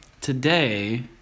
today